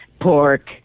pork